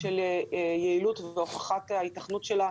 של יעילות והוכחת ההיתכנות שלה.